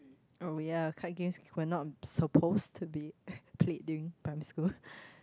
oh ya card games were not supposed to be played during primary school